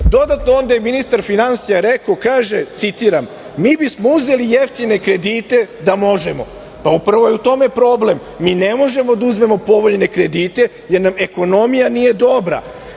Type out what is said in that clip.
Nemačke. Dodatno onda i ministar finansija je rekao, kažem, citiram – mi bismo uzeli jeftine kredite da možemo. Pa, upravo je u tome problem, mi ne možemo da uzmemo povoljne kredite, jer nam ekonomija nije dobra.